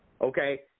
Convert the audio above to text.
Okay